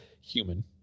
human